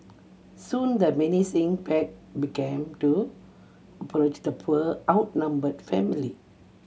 soon the menacing pack began to approach the poor outnumbered family